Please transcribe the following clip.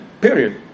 period